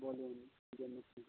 বলুন কী জন্যে ফোন করেছেন